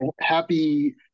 happy